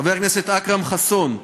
חבר הכנסת אכרם חסון,